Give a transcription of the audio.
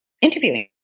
interviewing